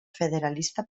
federalista